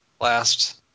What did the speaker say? last